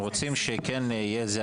הם רוצים שכן יהיה על זה.